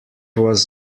was